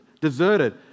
deserted